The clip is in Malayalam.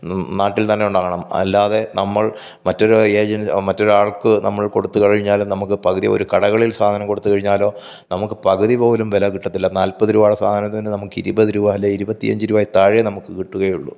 നാട്ടിൽ തന്നെ ഉണ്ടാക്കണം അല്ലാതെ നമ്മൾ മറ്റൊരു ഏജൻ മറ്റൊരാൾക്ക് നമ്മൾ കൊടുത്ത് കഴിഞ്ഞാലും നമ്മൾക്ക് പകുതി ഒരു കടകളിൽ സാധനം കൊടുത്ത് കഴിഞ്ഞാലോ നമുക്ക് പകുതി പോലും വില കിട്ടത്തില്ല നാൽപ്പത് രൂപയുടെ സാധനത്തിന് നമുക്ക് ഇരുപത് രൂപ അല്ലേ ഇരുപത്തിയഞ്ച് രൂപയേ താഴെ നമുക്ക് കിട്ടുകയുള്ളു